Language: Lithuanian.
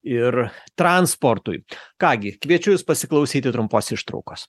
ir transportui ką gi kviečiu jus pasiklausyti trumpos ištraukos